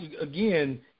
again